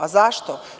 A zašto?